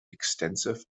extensive